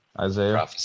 Isaiah